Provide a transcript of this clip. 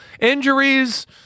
injuries